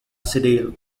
sidle